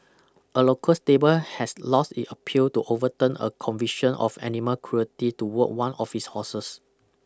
a local stable has lost it appeal to overturn a conviction of animal cruelty towards one of its horses